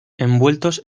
envueltos